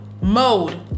mode